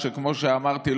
שכמו שאמרתי,